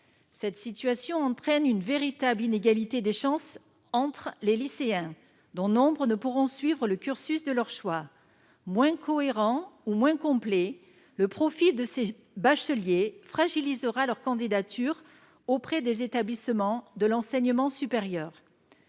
Cette situation entraîne une véritable inégalité des chances entre les lycéens, dont nombre ne pourront suivre le cursus de leur choix. Moins cohérent ou moins complet, le profil de ces bacheliers fragilisera leurs candidatures auprès des établissements de l'enseignement supérieur.